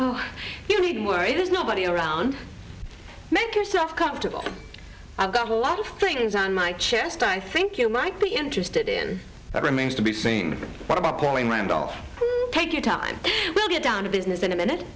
oh you needn't worry there's nobody around make yourself comfortable i've got a lot of things on my chest i think you might be interested in what remains to be seen what about going randolph take your time we'll get down to business in a minute